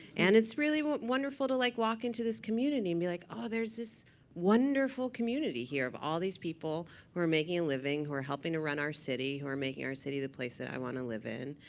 and it's really wonderful to like walk into this community and be like, ah, there's this wonderful community here of all these people who are making a living, who are helping to run our city, who are making our city the place that i want to live in.